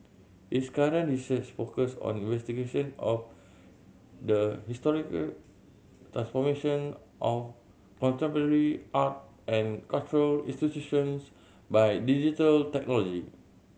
his current research focuse on investigation of the historical transformation of contemporary art and cultural institutions by digital technology